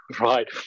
Right